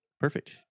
perfect